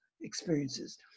experiences